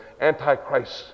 Antichrist